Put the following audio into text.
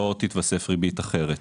לא תתווסף ריבית אחרת.